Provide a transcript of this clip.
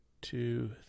two